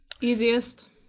Easiest